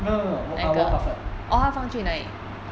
no no no ah warren buffett